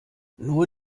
nur